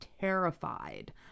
terrified